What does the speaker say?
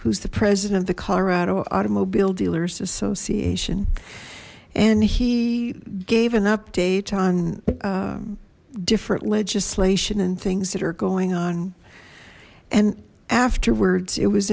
who's the president of the colorado automobile dealers association and he gave an update on different legislation and things that are going on and afterwards it was